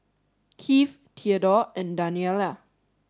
Kieth Theadore and Daniella